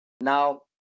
now